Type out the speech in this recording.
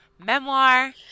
memoir